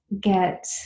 get